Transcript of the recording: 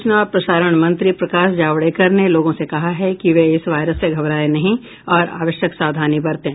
सूचना और प्रसारण मंत्री प्रकाश जावड़ेकर ने लोगों से कहा है कि वे इस वायरस से घबराएं नहीं और आवश्यक सावधानी बरतें